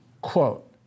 quote